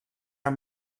are